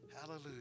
hallelujah